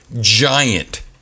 giant